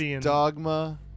Dogma